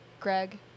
Greg